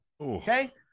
Okay